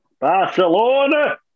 Barcelona